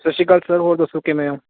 ਸਤਿ ਸ਼੍ਰੀ ਅਕਾਲ ਸਰ ਹੋਰ ਦੱਸੋ ਕਿਵੇਂ ਹੋ